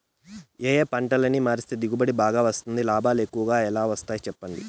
ఏ ఏ పంటలని మారిస్తే దిగుబడి బాగా వస్తుంది, లాభాలు ఎక్కువగా ఎలా వస్తాయి సెప్పండి